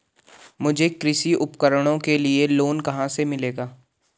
मुझे कृषि उपकरणों के लिए लोन कहाँ से मिलेगा?